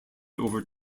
over